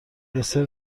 دسر